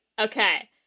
Okay